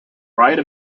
pride